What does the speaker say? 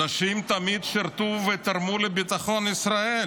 נשים תמיד שירתו ותרמו לביטחון ישראל.